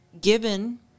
given